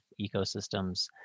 ecosystems